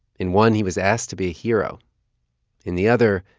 in one, he was asked to be a hero in the other,